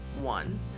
One